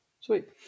Sweet